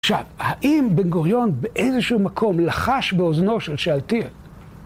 עכשיו, האם בן גוריון באיזשהו מקום לחש באוזנו של שאלתיאל?